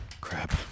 Crap